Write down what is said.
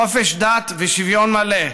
חופש דת ושוויון מלא.